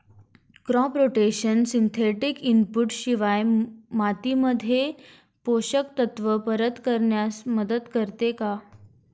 Crop rotation synthetic input शिवाय मातीमध्ये पोषक तत्त्व परत करण्यास मदत करते का?